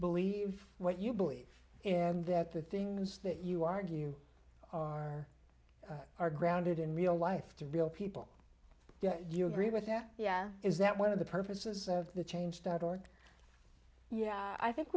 believe what you believe and that the things that you argue are are grounded in real life to real people yeah you agree with that yeah is that one of the purposes of the change dot org yeah i think